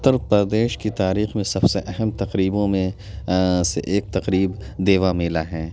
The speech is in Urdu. اتر پردیش کی تاریخ میں سب سے اہم تقریبوں میں سے ایک تقریب دیوا میلہ ہے